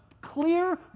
clear